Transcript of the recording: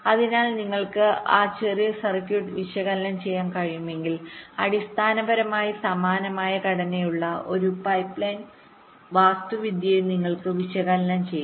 അതിനാൽ നിങ്ങൾക്ക് ആ ചെറിയ സർക്യൂട്ട് വിശകലനം ചെയ്യാൻ കഴിയുമെങ്കിൽ അടിസ്ഥാനപരമായി സമാനമായ ഘടനയുള്ള ഒരു പൈപ്പ്ലൈൻ വാസ്തുവിദ്യയും നിങ്ങൾക്ക് വിശകലനം ചെയ്യാം